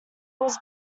was